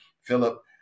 Philip